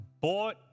bought